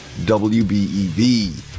WBEV